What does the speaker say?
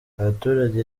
abaturage